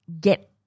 get